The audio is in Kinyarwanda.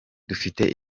dufite